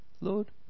Lord